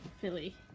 Philly